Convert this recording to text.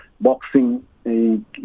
boxing